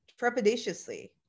trepidatiously